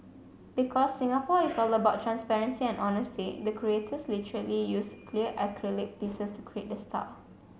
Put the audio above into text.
because Singapore is all about transparency and honesty the creators literally used clear acrylic pieces to create the star